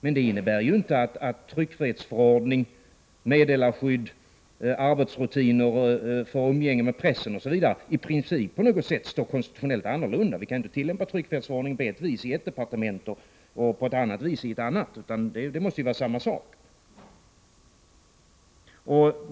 Men det innebär inte att tryckfrihetsförordning, meddelarskydd, arbetsrutiner för umgänge med pressen osv. i princip på något sätt är konstitutionellt annorlunda. Vi kan inte tillämpa tryckfrihetsförordningen på ett vis i ett departement och på ett annat vis i ett annat, utan det måste ske på samma sätt.